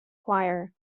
choir